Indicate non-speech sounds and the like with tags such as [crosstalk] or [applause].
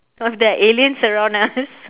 or if there are aliens around us [laughs]